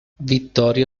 vittorio